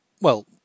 Well